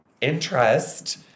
interest